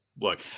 Look